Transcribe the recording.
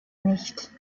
nicht